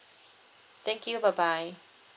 thank you bye bye